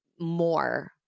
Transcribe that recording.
more